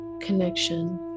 connection